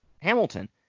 Hamilton